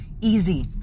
easy